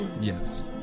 Yes